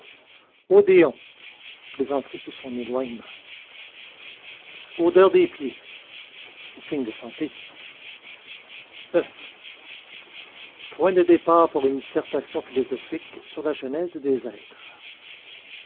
odéon plaisanteries sur son éloignement odeur des pieds signe de santé oeuf point de départ pour une dissertation philosophique sur la genèse des êtres